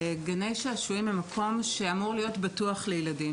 גני שעשועים הם מקום שאמור להיות בטוח לילדים.